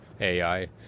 AI